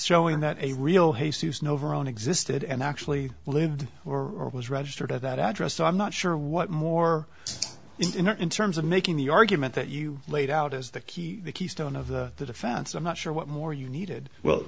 showing that a real hey susan over on existed and actually live or was registered at that address so i'm not sure what more in terms of making the argument that you laid out as the key the keystone of the defense i'm not sure what more you needed well